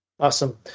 Awesome